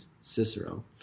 Cicero